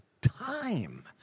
time